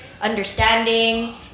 understanding